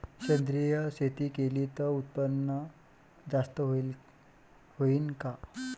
सेंद्रिय शेती केली त उत्पन्न जास्त होईन का?